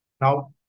Now